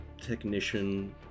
technician